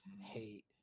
hate